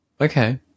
Okay